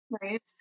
right